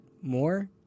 more